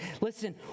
Listen